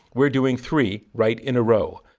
we are doing three right in a row.